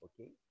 okay